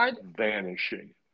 vanishing